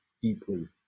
deeply